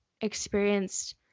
experienced